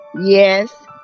Yes